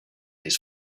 his